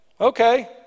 okay